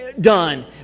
done